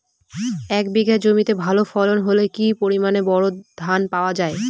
এক বিঘা জমিতে ভালো ফলন হলে কি পরিমাণ বোরো ধান পাওয়া যায়?